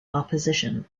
opposition